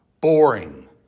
boring